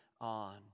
on